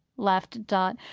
laughed dot.